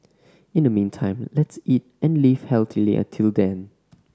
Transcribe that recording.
in the meantime let's eat and live healthily until then